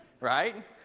Right